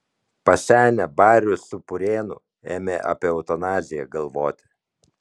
pasenę barius su purėnu ėmė apie eutanaziją galvoti